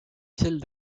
sel